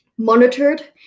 monitored